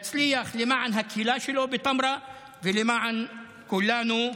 יצליח למען הקהילה שלו בטמרה ולמען כולנו.